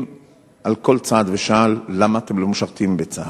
על כל צעד ושעל: למה אתם לא משרתים בצה"ל?